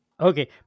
Okay